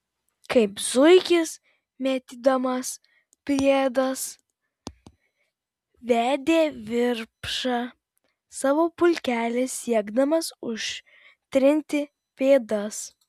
kaip zuikis mėtydamas pėdas vedė virpša savo pulkelį siekdamas užtrinti pėdas